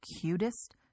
cutest